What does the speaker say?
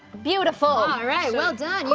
beautiful. alright, well done, yeah